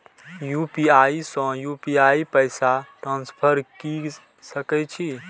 UPI से UPI पैसा transfer की सके छी?